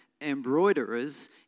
embroiderers